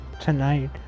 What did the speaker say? tonight